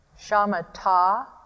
shamatha